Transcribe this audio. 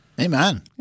Amen